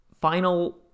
final